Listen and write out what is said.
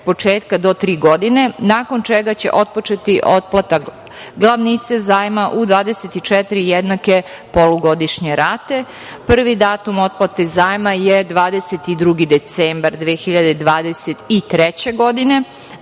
početka do tri godine nakon čega će otpočeti otplata glavnice zajma u 24 jednake polugodišnje rate. Prvi datum otplate zajma je 22. decembar 2023. godine,